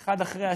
אחד אחרי השני,